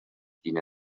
tina